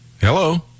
Hello